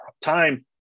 time